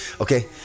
Okay